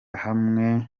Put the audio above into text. hamwe